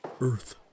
Earth